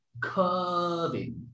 curving